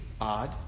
odd